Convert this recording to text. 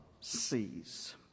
sees